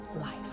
life